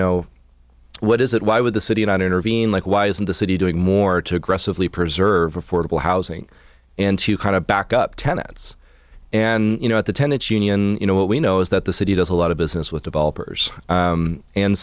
know what is it why would the city not intervene like why isn't the city doing more to aggressively preserve affordable housing and to kind of back up tenants and you know at the tenants union you know what we know is that the city does a lot of business with developers